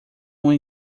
uma